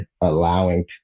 allowing